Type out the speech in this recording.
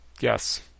Yes